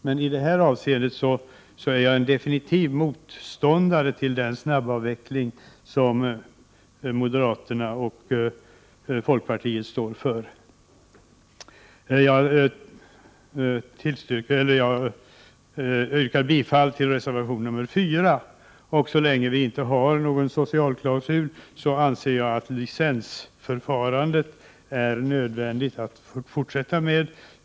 Men i det här avseendet är jag definitivt motståndare till den snabbavveckling som moderata samlingspartiet och folkpartiet vill ha. Jag yrkar bifall också till reservation 4. Så länge vi inte har någon socialklausul anser jag att det är nödvändigt att bibehålla licensförfarandet.